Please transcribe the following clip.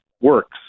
works